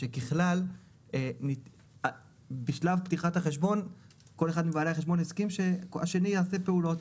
ושככלל בשלב פתיחת החשבון כל אחד מבעלי החשבון הסכים שהשני יעשה פעולות